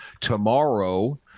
tomorrow